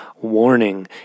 warning